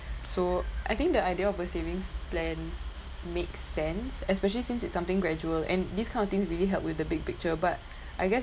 so I think the idea of a savings plan makes sense especially since it's something gradual and this kind of things really helped with the big picture but I guess